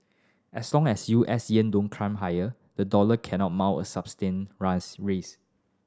as long as U S yield don't climb higher the dollar cannot mount a substained rise race